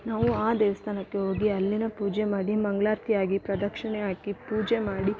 ನಾವು ಆ ದೇವಸ್ಥಾನಕ್ಕೆ ಹೋಗಿ ಅಲ್ಲಿನ ಪೂಜೆ ಮಾಡಿ ಮಂಗಳಾರತಿ ಆಗಿ ಪ್ರದಕ್ಷಿಣೆ ಹಾಕಿ ಪೂಜೆ ಮಾಡಿ